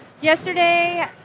Yesterday